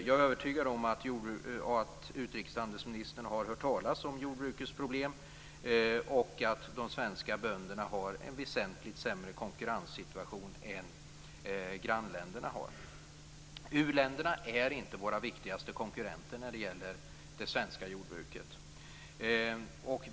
Jag är övertygad om att utrikeshandelsministern har hört talas om jordbrukets problem och att de svenska bönderna har en väsentligt sämre konkurrenssituation än grannländerna har. U-länderna är inte våra viktigaste konkurrenter när det gäller det svenska jordbruket.